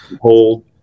hold